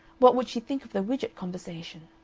what would she think of the widgett conversation?